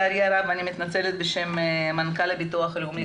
אני מתנצלת בשם מנכ"ל הביטוח הלאומי,